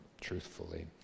truthfully